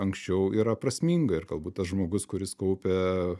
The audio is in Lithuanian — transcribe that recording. anksčiau yra prasminga ir galbūt tas žmogus kuris kaupė